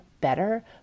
better